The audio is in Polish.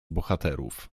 bohaterów